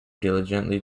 diligently